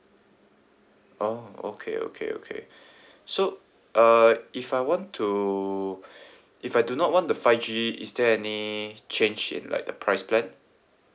orh okay okay okay so uh if I want to if I do not want the five G is there any change in like the price plan